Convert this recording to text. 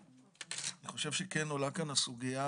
אני חושב שכן עולה כאן הסוגיה